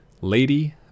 Lady